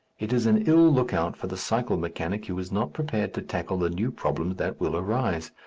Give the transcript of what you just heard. it is an ill look-out for the cycle mechanic who is not prepared to tackle the new problems that will arise.